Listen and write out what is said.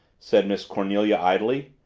said miss cornelia idly.